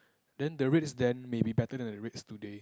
then the rates then may be better than the rates today